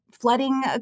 flooding